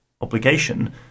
obligation